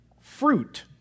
fruit